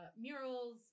murals